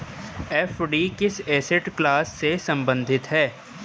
FD किस asset class से संबंधित है?